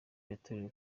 yatorewe